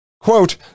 quote